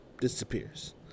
disappears